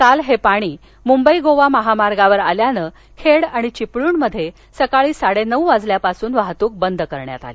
काल हे पाणी मुंबई गोवा महामार्गावर आल्यानं खेड आणि चिपळूणमध्ये सकाळी साडेनऊ वाजता वाहतूक बंद करण्यात आली